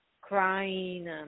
crying